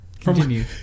Continue